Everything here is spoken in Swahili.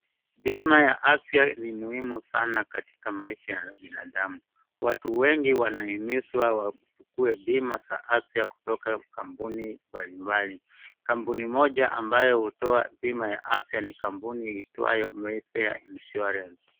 Bima ya afya ni muhimu sana katika maisha ya binadamu, watu wengi wanahimizwa wachukue bima za afya kutoka kampuni mbalimbali. Kampuni moja amabyo hutoa bima ya afya ni kampuni iitwayo mayfair insurance.